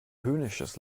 höhnisches